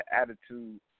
attitude